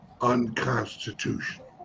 unconstitutional